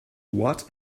what